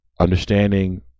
Understanding